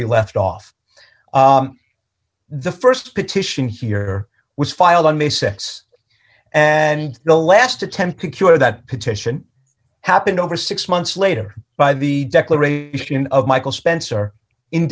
we left off the st petition here was filed on may sex and the last attempt to cure that petition happened over six months later by the declaration of michael spencer in